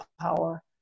power